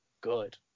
good